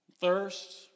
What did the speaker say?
thirst